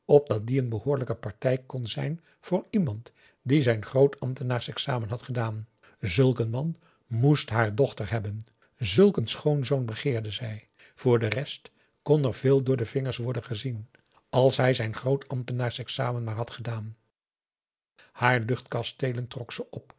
die een behoorlijke partij kon zijn voor iemand die zijn groot ambtenaarsexamen had gedaan zulk een man m o e s t haar dochter hebben zulk een schoonzoon begeerde zij voor de rest kon er veel door de vingers worden gezien als hij zijn groot ambtenaarsexamen maar had gedaan haar luchtkasteelen trok ze op